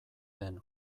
den